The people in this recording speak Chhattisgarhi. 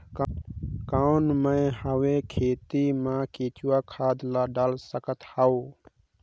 कौन मैं हवे खेती मा केचुआ खातु ला डाल सकत हवो?